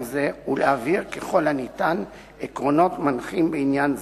זה ולהבהיר ככל האפשר עקרונות מנחים בעניין זה.